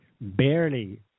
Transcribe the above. barely